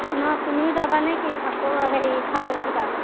নহয় তুমিও যাবা নে কি হেৰি ফাট বিহুৰ তালৈ